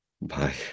Bye